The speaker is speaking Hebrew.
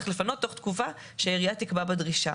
לפנות בתוך הזמן שהעירייה תקבע בדרישה.